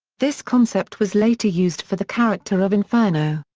this concept was later used for the character of inferno.